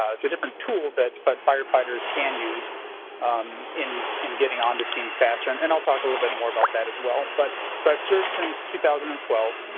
it's a different tool that but firefighters can use in in getting on the scene faster. and and i'll talk a little bit more about that as well. but so i served since two thousand and twelve.